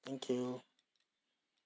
thank you